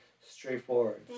straightforward